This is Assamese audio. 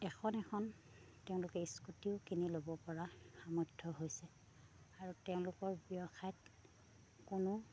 এখন এখন তেওঁলোকে স্কুটিও কিনি ল'ব পৰা সামৰ্থ্য হৈছে আৰু তেওঁলোকৰ ব্যৱসায় কোনো